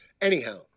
Anyhow